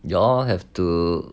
you all have to